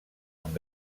amb